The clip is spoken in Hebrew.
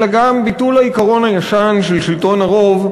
אלא גם ביטול העיקרון הישן של שלטון הרוב,